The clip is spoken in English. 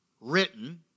written